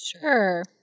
Sure